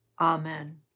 Amen